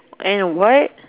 and what